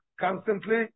constantly